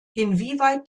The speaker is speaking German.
inwieweit